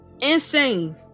Insane